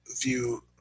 view